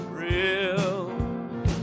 Real